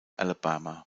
alabama